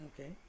Okay